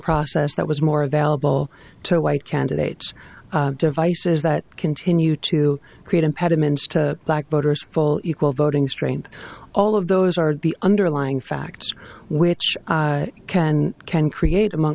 process that was more available to white candidates devices that continue to create impediments to black voters full equal voting strength all of those are the underlying facts which can can create among